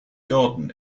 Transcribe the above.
garden